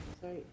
sorry